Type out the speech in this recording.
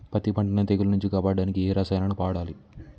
పత్తి పంటని తెగుల నుంచి కాపాడడానికి ఏ రసాయనాలను వాడాలి?